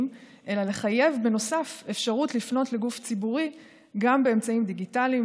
אלא לחייב בנוסף אפשרות לפנות לגוף ציבורי גם באמצעים דיגיטליים,